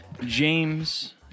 James